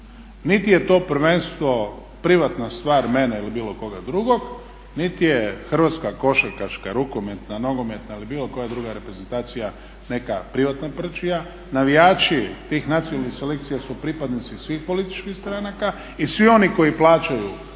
Niti je to prvenstveno privatna stvar mene ili bilo koga drugog niti je Hrvatska košarkaška, rukometna, nogometna ili bilo koja druga reprezentacija neka privatna prćija. Navijači tih nacionalnih selekcija su pripadnici svih političkih stranaka i svi oni koji plaćaju